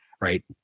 right